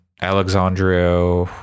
Alexandria